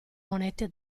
monete